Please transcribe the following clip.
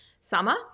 summer